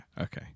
okay